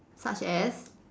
such as